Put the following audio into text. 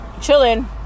chilling